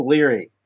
Leary